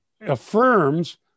affirms